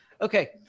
Okay